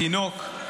תינוק,